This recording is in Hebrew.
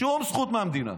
שום זכות מהמדינה,